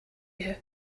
you